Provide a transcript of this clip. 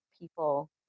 people